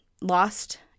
lost